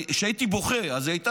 הייתי